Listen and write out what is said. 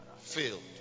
filled